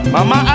Mama